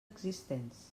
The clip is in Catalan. existents